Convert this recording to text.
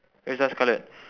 erza scarlet